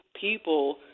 people